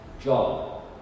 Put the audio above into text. job